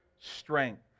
strength